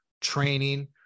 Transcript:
training